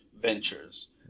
ventures